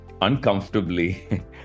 uncomfortably